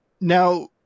Now